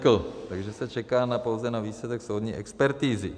Takže se čeká pouze na výsledek soudní expertizy.